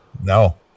No